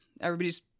everybody's